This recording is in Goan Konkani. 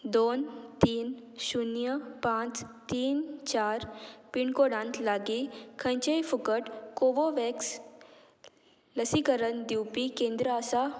दोन तीन शुन्य पांच तीन चार पिनकोडांत लागीं खंयचेंय फुकट कोवोव्हॅक्स लसीकरण दिवपी केंद्र आसा